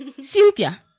Cynthia